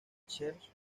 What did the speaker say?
scherzo